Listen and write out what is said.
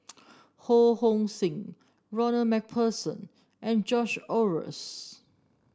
Ho Hong Sing Ronald MacPherson and George Oehlers